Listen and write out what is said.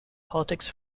politics